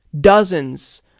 dozens